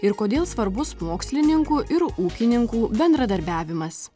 ir kodėl svarbus mokslininkų ir ūkininkų bendradarbiavimas